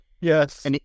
Yes